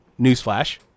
newsflash